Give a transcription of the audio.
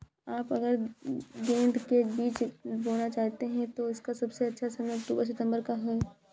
आप अगर गेंदे के बीज बोना चाहते हैं तो इसका सबसे अच्छा समय अक्टूबर सितंबर का है